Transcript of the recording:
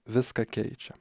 viską keičia